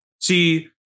See